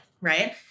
right